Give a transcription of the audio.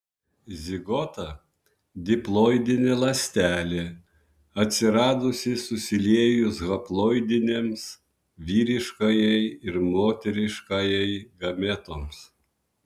zigota diploidinė ląstelė atsiradusi susiliejus haploidinėms vyriškajai ir moteriškajai gametoms